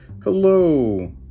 Hello